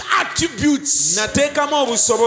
attributes